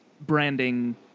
branding